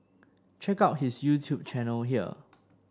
check out his YouTube channel here